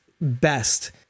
best